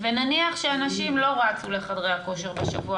ונניח שאנשים לא רצו לחדרי הכושר בשבוע